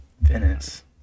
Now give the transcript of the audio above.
Venice